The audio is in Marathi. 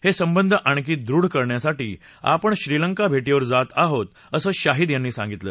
हे संबंध आणखी दृढ करण्यासाठी आपण श्रीलंका भेटीवर जात आहोत असं शाहिद यांनी सांगितलं